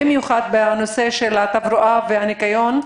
במיוחד בתברואה ובניקיון.